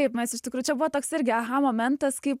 kaip mes iš tikrųjų čia buvo toks irgi aha momentas kaip